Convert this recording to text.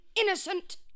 innocent